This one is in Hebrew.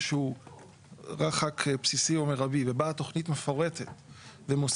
שהוא רחק בסיסי או מירבי ובאה תוכנית מפורטת ומוסיפה,